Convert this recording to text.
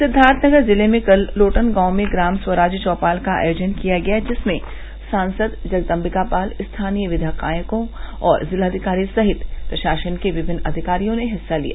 सिद्वार्थनगर जिले में कल लोटन गांव में ग्राम स्वराज चौपाल का आयोजन किया गया जिसमें सांसद जगदम्बिका पाल स्थानीय विधायकों और जिलाधिकारी सहित प्रशासन के विभिन्न अधिकारियों ने हिस्सा लिया